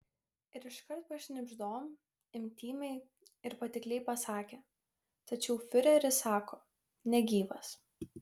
ir iškart pašnibždom intymiai ir patikliai pasakė tačiau fiureris sako negyvas